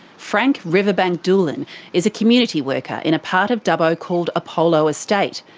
frank riverbank doolan is a community worker in a part of dubbo called apollo estate,